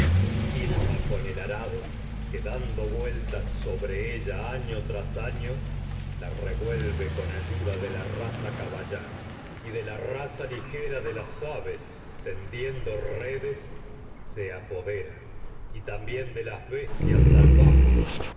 dan con rruptible do incansable esquilma sobre ella año tras el arado vueltas año la la revuelve ayuda aves de la raza caballar y de se raza ligera de de las las tendiendo redes apodera y también con bestias salvajes